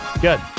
Good